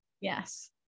yes